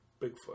Bigfoot